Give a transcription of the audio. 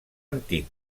antic